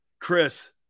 Chris